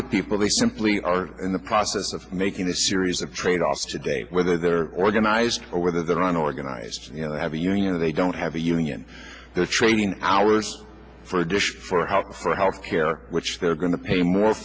to people they simply are in the process of making a series of trade offs today whether they're organized or whether they're on organized you know have a union or they don't have a union the training hours for a dish for help for health care which they're going to pay more